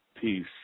peace